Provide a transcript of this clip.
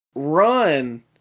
run